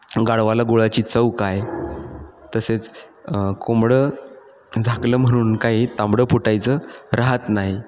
गाढवाला गुळाची चव काय तसेच कोंबडं झाकलं म्हणून काही तांबडं फुटायचं राहत नाही